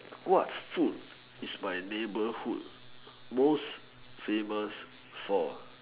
what food is my neighborhood most famous for